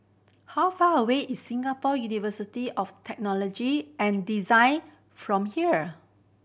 how far away is Singapore University of Technology and Design from here